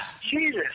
Jesus